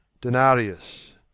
denarius